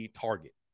target